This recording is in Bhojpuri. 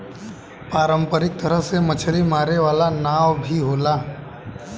पारंपरिक तरह से मछरी मारे वाला नाव भी होला